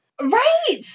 right